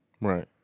Right